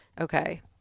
okay